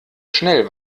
schnell